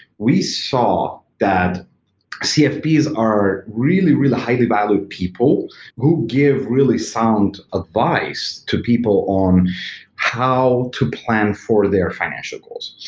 we saw that cfps are really, really highly valued people who give really sound advice to people on how to plan for their financial goals.